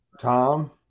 Tom